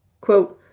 Quote